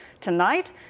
Tonight